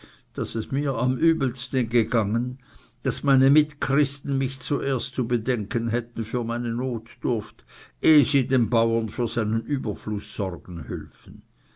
daß es mir am übelsten gegangen daß meine mitchristen mich zuerst zu bedenken hätten für meine notdurft ehe sie dem bauern für seinen überfluß sorgen hülfen